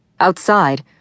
Outside